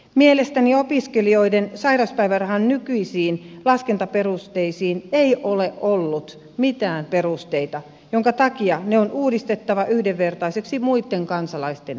mielestäni opiskelijoiden sai rauspäivärahan nykyisiin laskentaperusteisiin ei ole ollut mitään perusteita minkä takia ne on uudistettava yhdenvertaisiksi muitten kansalaisten kanssa